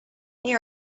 they